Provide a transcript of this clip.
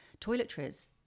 toiletries